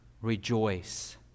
Rejoice